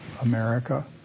America